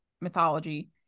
mythology